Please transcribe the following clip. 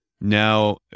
Now